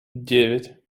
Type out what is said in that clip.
девять